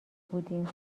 بودیم